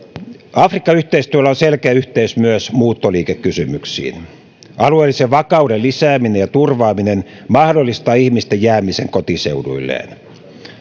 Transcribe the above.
afrikka yhteistyöllä on selkeä yhteys myös muuttoliikekysymyksiin alueellisen vakauden lisääminen ja turvaaminen mahdollistaa ihmisten jäämisen kotiseuduilleen